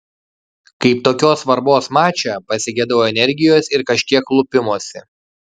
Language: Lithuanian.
kaip tokios svarbos mače pasigedau energijos ir kažkiek lupimosi